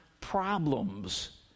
problems